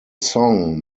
song